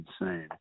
insane